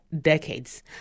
decades